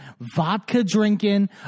vodka-drinking